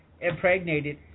impregnated